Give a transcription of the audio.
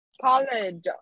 college